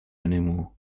anymore